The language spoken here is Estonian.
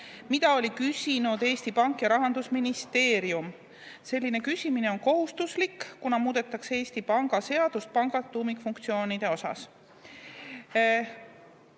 mida olid küsinud Eesti Pank ja Rahandusministeerium. Selline küsimine on kohustuslik, kuna muudetakse Eesti Panga seadust panga tuumikfunktsioonide osas.